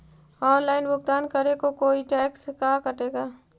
Online भुगतान करे को कोई टैक्स का कटेगा?